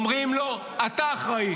אומרים לו: אתה אחראי.